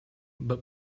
but